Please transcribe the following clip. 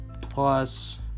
Plus